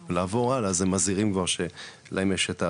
לעבור הלאה, אז הם מזהירים כבר שלהם יש את הדרכים.